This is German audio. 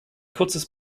kurzes